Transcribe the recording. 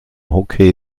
hockey